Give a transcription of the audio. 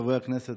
חברי הכנסת,